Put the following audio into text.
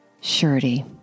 surety